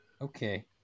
Okay